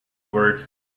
word